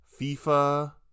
FIFA